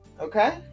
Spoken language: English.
Okay